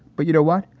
but you know what?